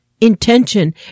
intention